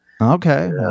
Okay